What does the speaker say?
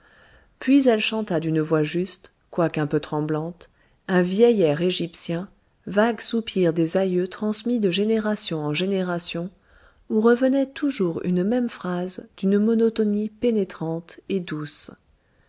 puis elle chanta d'une voix juste quoiqu'un peu tremblante un vieil air égyptien vague soupir des aïeux transmis de génération en génération où revenait toujours une même phrase d'une monotonie pénétrante et douce